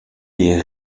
est